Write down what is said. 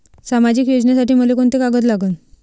सामाजिक योजनेसाठी मले कोंते कागद लागन?